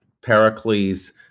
Pericles